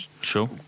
Sure